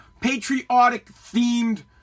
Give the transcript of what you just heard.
patriotic-themed